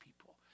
people